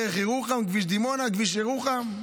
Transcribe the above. דרך ירוחם, כביש דימונה, כביש ירוחם.